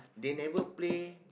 they never play